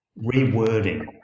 rewording